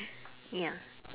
ya